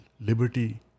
liberty